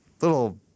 little